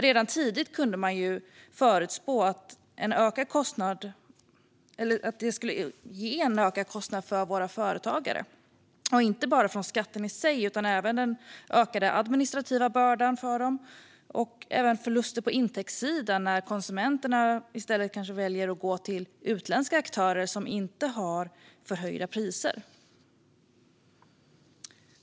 Redan tidigt kunde man förutspå att detta skulle innebära en ökad kostnad för våra företagare, inte bara från skatten i sig utan även i och med den ökade administrativa bördan för dem och förluster på intäktssidan när konsumenterna i stället kanske går till utländska aktörer som inte har förhöjda priser.